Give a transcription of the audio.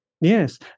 yes